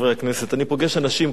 אני פוגש אנשים כל הזמן,